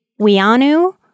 Wianu